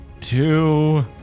Two